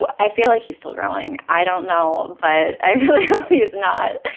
but i feel like he's still growing. i don't know, but i really hope he is not.